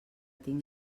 tinc